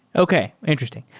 okay. interesting.